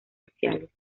sociales